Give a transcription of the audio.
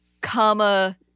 comma